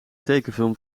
tekenfilm